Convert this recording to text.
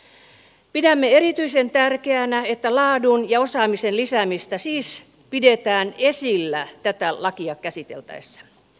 pidämme siis erityisen tärkeänä että laadun ja osaamisen lisäämistä pidetään esillä tätä lakia käsiteltäessä